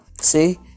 see